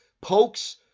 pokes